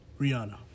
Rihanna